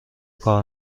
کار